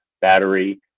battery